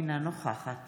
אינה נוכחת